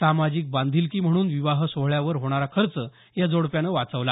सामाजिक बांधिलकी म्हणून विवाह सोहळ्यावर होणारा खर्च या जोडप्यानं वाचवला